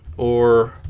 or